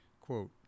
Quote